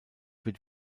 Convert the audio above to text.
wird